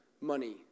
money